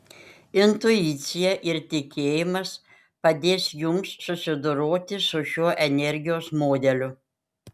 intuicija ir tikėjimas padės jums susidoroti su šiuo energijos modeliu